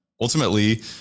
Ultimately